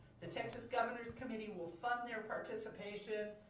the texas governor's committee will fund their participation,